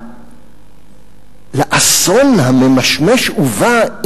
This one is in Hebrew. לאסון הממשמש הבא,